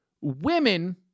women